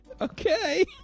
Okay